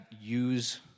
use